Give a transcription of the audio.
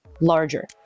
larger